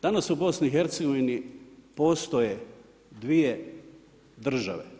Danas, u BIH postoje 2 države.